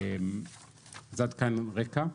עד כאן הרקע.